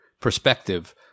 perspective